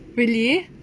really